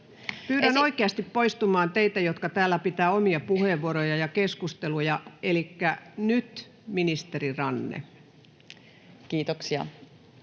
Pyydän oikeasti poistumaan teitä, jotka täällä pidätte omia puheenvuoroja ja keskusteluja. — Elikkä nyt, ministeri Ranne. Kiitoksia.